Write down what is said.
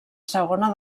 segona